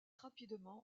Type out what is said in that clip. rapidement